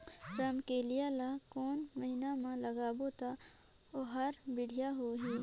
रमकेलिया ला कोन महीना मा लगाबो ता ओहार बेडिया होही?